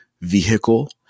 vehicle